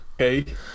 Okay